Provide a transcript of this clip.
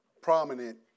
prominent